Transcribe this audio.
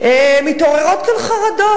מתעוררות כאן חרדות,